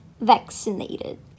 vaccinated